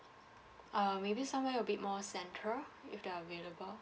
uh maybe somewhere a bit more central if they are available